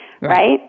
Right